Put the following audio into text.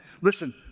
Listen